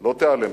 לא תיעלמנה,